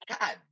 God